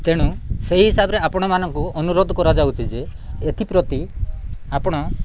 ତେଣୁ ସେହି ହିସାବରେ ଆପଣମାନଙ୍କୁ ଅନୁରୋଧ କରାଯାଉଛି ଯେ ଏଥିପ୍ରତି ଆପଣ